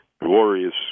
glorious